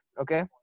okay